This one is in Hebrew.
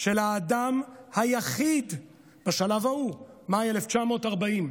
של האדם היחיד בשלב ההוא, מאי 1940,